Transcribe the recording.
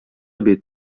бит